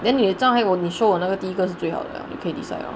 then 你刚才 show 我那第一个是最好 you can decide lor